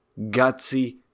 Gutsy